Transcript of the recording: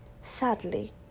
sadly